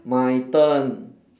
my turn